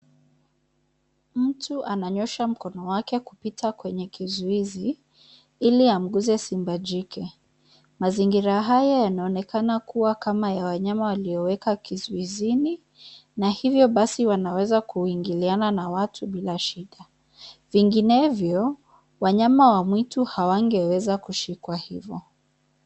Mtu ananyosha mkono wake kupita kwenye kizuizi ili amguse simba jike. Mazingira haya yanaonekana kuwa kama ya wanyama waliowekwa kizuizini na hivyo basi wanaweza kuingiliana na watu bila shida. Vinginevyo, wanyama wa mwitu hawangeweza kushikwa hivo.